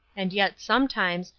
and yet, sometimes,